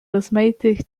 rozmaitych